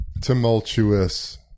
tumultuous